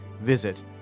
Visit